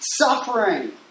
suffering